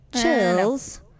Chills